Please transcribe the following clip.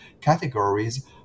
categories